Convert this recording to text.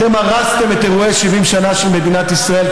אתם הרסתם את אירועי 70 שנה של מדינת ישראל.